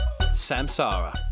Samsara